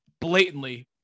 blatantly